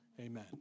amen